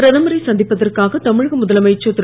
பிரதமரை சந்திப்பதற்காக தமிழக முதலமைச்சர் திரு